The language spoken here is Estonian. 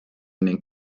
ning